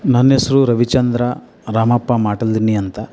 ನನ್ನೆಸರು ರವಿಚಂದ್ರ ರಾಮಪ್ಪ ಮಾಟಲದಿನ್ನಿ ಅಂತ